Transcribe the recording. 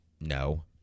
No